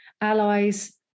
Allies